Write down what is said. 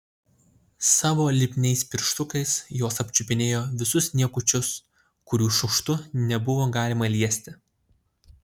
savo lipniais pirštukais jos apčiupinėjo visus niekučius kurių šiukštu nebuvo galima liesti